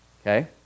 Okay